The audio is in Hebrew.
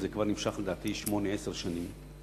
וזה כבר נמשך לדעתי שמונה עשר שנים.